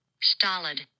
Stolid